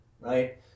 right